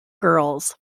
girls